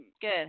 Good